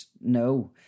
no